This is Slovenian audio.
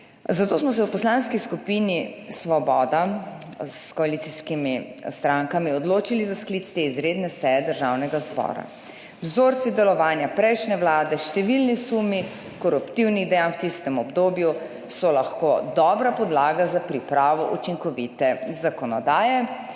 Zato smo se v poslanski skupini Svoboda s koalicijskimi strankami odločili za sklic te izredne seje Državnega zbora. Vzorci delovanja prejšnje Vlade, številni sumi koruptivnih dejanj v tistem obdobju so lahko dobra podlaga za pripravo učinkovite zakonodaje.